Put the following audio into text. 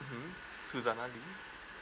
mmhmm Suzana Lee